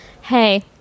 Hey